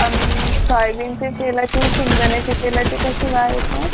अन् सॉयबीनचे तेलाचे शेंगदाण्याच्या तेलाचे कसे भाव आहेत मग